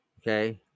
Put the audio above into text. Okay